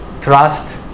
trust